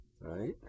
right